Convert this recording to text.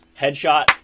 headshot